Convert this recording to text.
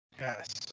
Yes